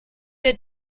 der